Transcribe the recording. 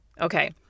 Okay